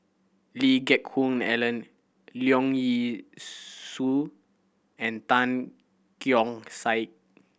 Lee Geck Hoon Ellen Leong Yee Soo and Tan Keong Saik